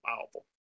powerful